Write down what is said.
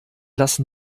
lassen